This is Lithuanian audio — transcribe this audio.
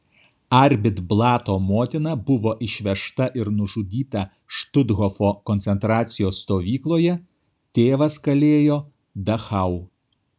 arbit blato motina buvo išvežta ir nužudyta štuthofo koncentracijos stovykloje tėvas kalėjo dachau